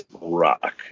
rock